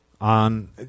on